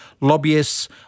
lobbyists